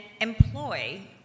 employ